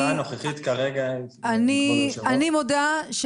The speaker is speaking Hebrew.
אני מודה,